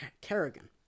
Kerrigan